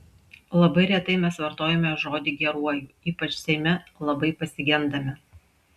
labai retai mes vartojame žodį geruoju ypač seime labai pasigendame